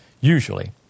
usually